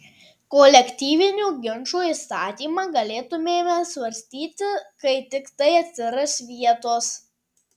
kolektyvinių ginčų įstatymą galėtumėme svarstyti kai tiktai atsiras vietos